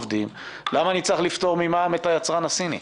למה אני צריך לפטור ממע"מ את היצרן הסיני?